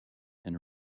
and